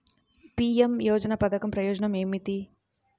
PM యోజన పధకం ప్రయోజనం ఏమితి?